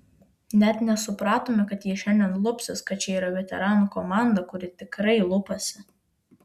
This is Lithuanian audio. net nesupratome kad jie šiandien lupsis kad čia yra veteranų komanda kuri tikrai lupasi